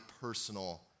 personal